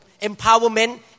empowerment